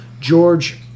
George